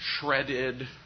shredded